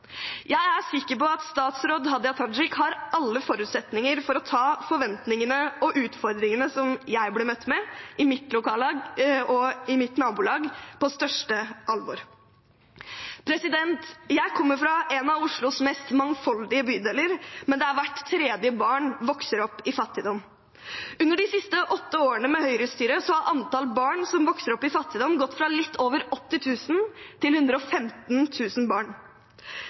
Jeg er sikker på at statsråd Hadia Tajik har alle forutsetninger for å ta forventningene og utfordringene som jeg ble møtt med i mitt lokallag og mitt nabolag, på største alvor. Jeg kommer fra en bydel som er en av Oslos mest mangfoldige, men der hvert tredje barn vokser opp i fattigdom. Under de siste åtte årene med høyrestyre har antall barn som vokser opp i fattigdom, gått fra litt over 80 000 til